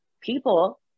people